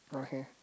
okay